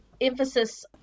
emphasis